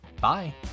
Bye